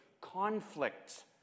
conflict